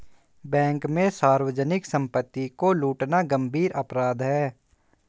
bank में सार्वजनिक सम्पत्ति को लूटना गम्भीर अपराध है